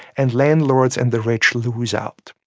and landlords and the rich lose out.